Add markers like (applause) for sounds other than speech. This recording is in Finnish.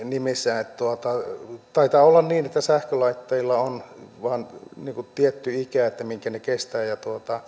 (unintelligible) nimissä taitaa olla niin että sähkölaitteilla vain on tietty ikä minkä ne kestävät ja